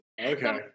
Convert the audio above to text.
Okay